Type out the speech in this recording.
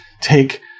take